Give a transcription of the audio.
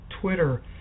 Twitter